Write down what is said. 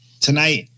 tonight